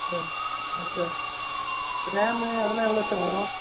sir yes sir RAM அதெலாம் எவ்வளோ sir வரும்